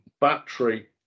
battery